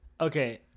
Okay